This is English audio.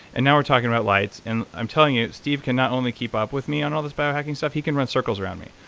and now we're talking about lights and i'm telling you, steven cannot only keep up with me on all of this biohacking stuff, he can run circles around me.